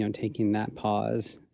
taking that pause,